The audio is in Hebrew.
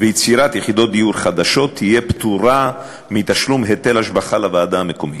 ויצירת יחידות דיור חדשות תהיה פטורה מתשלום היטל השבחה לוועדה מקומית.